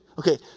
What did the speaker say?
Okay